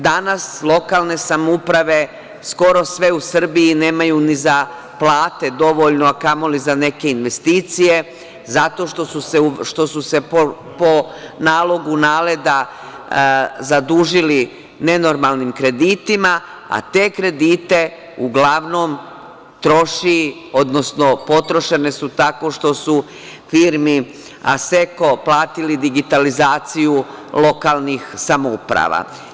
Danas lokalne samouprave, skoro sve u Srbiji, nemaju dovoljno ni za plate, a kamoli za neke investicije, zato što su se po nalogu NALED-a zadužili nenormalnim kreditima, a te kredite uglavnom troši, odnosno potrošeni su tako što su firmi "Aseko" platili digitalizaciju lokalnih samouprava.